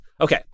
Okay